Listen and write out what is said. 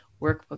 workbook